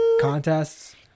contests